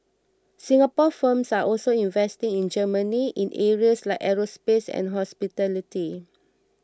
Singapore firms are also investing in Germany in areas like aerospace and hospitality